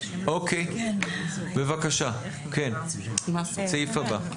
אוקיי, בבקשה, סעיף הבא.